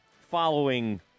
following